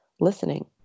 listening